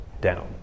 down